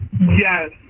Yes